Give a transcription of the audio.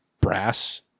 brass